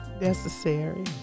Necessary